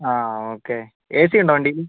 okay AC ഉണ്ടോ വണ്ടീല്